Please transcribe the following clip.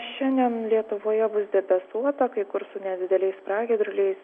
šiandien lietuvoje bus debesuota kai kur su nedideliais pragiedruliais